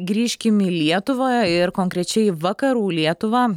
grįžkim į lietuvą ir konkrečiai vakarų lietuvą